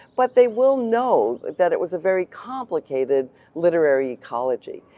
but they will know that it was a very complicated literary ecology.